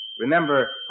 Remember